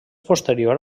posterior